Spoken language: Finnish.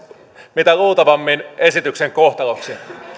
mitä luultavimmin esityksen kohtaloksi